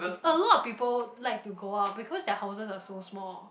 a lot people like to go out because their houses are so small